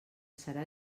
serà